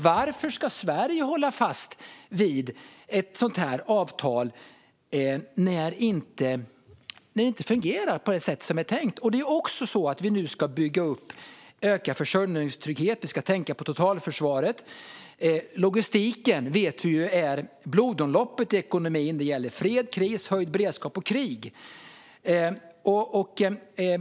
Varför ska Sverige hålla fast vid ett avtal när det inte fungerar som det var tänkt? Vi ska nu öka försörjningstryggheten och tänka på totalförsvaret. Vi vet att logistiken är blodomloppet i ekonomin, och det gäller i fredstid, kris, höjd beredskap och krig.